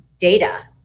data